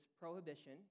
prohibition